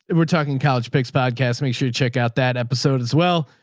and we're talking couch, pigs podcasts. make sure to check out that episode as well,